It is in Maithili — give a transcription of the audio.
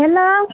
हेलो